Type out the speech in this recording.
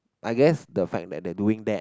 I guess the fact that they doing that